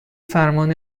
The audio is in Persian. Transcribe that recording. فرمان